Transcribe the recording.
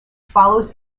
follows